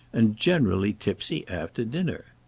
and generally tipsy after dinner.